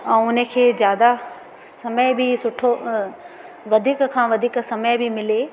ऐं उन खे ज़्यादा समय बि सुठो वधीक खां वधीक समय बि मिले